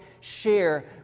share